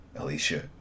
Alicia